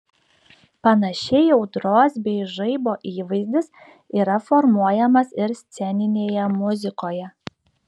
panašiai audros bei žaibo įvaizdis yra formuojamas ir sceninėje muzikoje